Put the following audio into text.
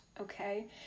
okay